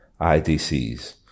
IDCs